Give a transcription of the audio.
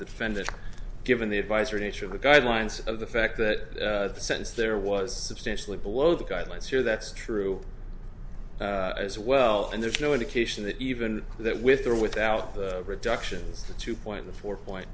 defendant given the advisory nature of the guidelines of the fact that the sense there was substantially below the guidelines here that's true as well and there's no indication that even that with or without the reduction to two point four point